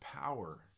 power